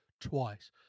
twice